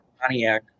Pontiac